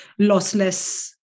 lossless